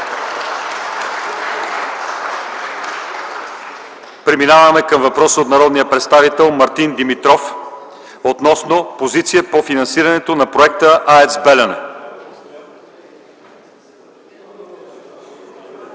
Преминаваме към въпрос от народния представител Мартин Димитров относно позицията по финансирането на проекта АЕЦ „Белене”.